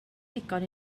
ddigon